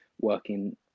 working